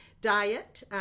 Diet